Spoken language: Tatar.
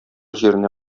җиренә